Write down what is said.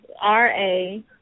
R-A